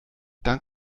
dank